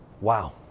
Wow